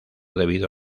debido